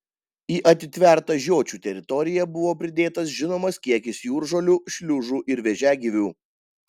į atitvertą žiočių teritoriją buvo pridėtas žinomas kiekis jūržolių šliužų ir vėžiagyvių